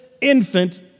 infant